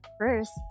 first